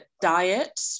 diet